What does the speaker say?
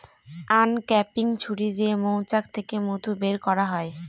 uncapping ছুরি দিয়ে মৌচাক থেকে মধু বের করা হয়